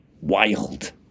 wild